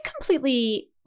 completely